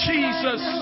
Jesus